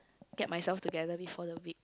get myself together before the week